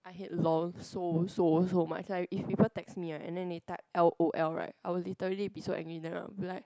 I hate lol so so so much like if people text me right and then they type L_O_L right I will literally be so angry with them I'll be like